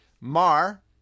Mar